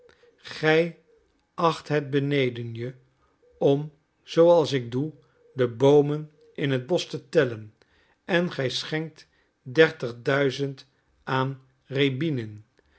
gij acht het beneden je om zooals ik doe de boomen in het bosch te tellen en gij schenkt dertigduizend aan